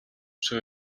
she